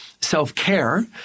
self-care